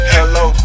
Hello